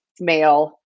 male